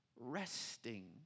resting